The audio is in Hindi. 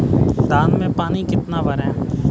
धान में पानी कितना भरें?